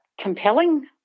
compelling